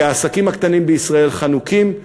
כי העסקים הקטנים בישראל חנוקים,